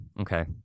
Okay